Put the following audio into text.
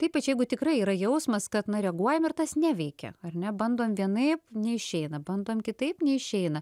ypač jeigu tikrai yra jausmas kad na reaguojam ir tas neveikia ar ne bandom vienaip neišeina bandom kitaip neišeina